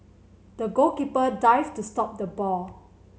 the goalkeeper dived to stop the ball